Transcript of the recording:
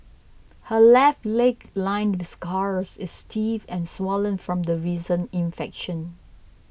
her left leg lined with scars is stiff and swollen from a recent infection